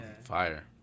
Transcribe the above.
Fire